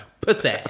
pussy